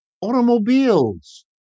automobiles